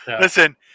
listen